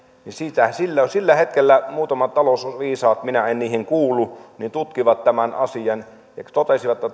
sillä hetkellä muutamat talousviisaat minä en niihin kuulu tutkivat tämän asian ja totesivat